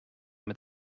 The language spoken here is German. mit